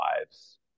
lives